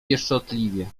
pieszczotliwie